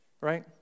right